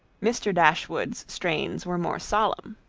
mr. dashwood's strains were more solemn.